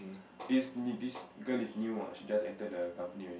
this this girl is new ah she just enter the company only